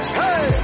hey